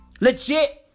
Legit